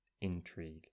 intrigue